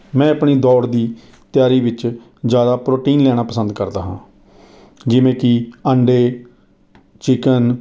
ਮੈਂ ਆਪਣੀ ਦੌੜ ਦੀ ਤਿਆਰੀ ਵਿੱਚ ਜ਼ਿਆਦਾ ਪ੍ਰੋਟੀਨ ਲੈਣਾ ਪਸੰਦ ਕਰਦਾ ਹਾਂ ਜਿਵੇਂ ਕਿ ਆਂਡੇ ਚਿਕਨ